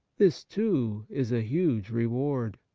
this, too, is a huge reward.